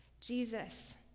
Jesus